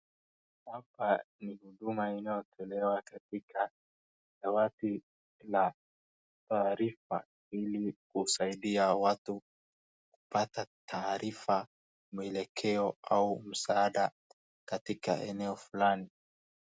Hapa ni huduma inayotolewa katika dawati la taarifa ili kusaidia watu kupata taarifa, mwelekeo au msaada katika eneo fulani.